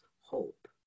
hope